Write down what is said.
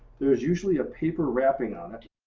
there's usually a paper wrapping on it